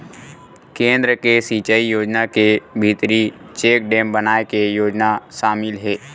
केन्द्र के सिचई योजना के भीतरी चेकडेम बनाए के योजना सामिल हे